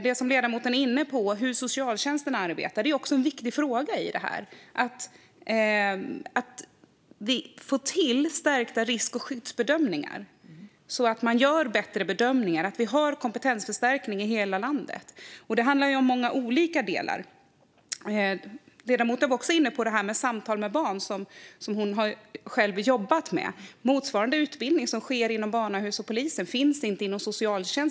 Det som ledamoten var inne på om hur socialtjänsten arbetar är också en viktig fråga. Det är viktigt att få till stärkta risk och skyddsbedömningar, så att man gör bättre bedömningar och så att vi får en kompetensförstärkning i hela landet. Det handlar om många olika delar. Ledamoten var också inne på samtal med barn, som hon själv har jobbat med. Inom socialtjänsten finns ingen utbildning som motsvarar den som sker hos barnahusen och inom polisen.